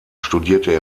studierte